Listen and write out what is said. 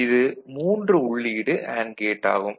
இது 3 உள்ளீடு and gate ஆகும்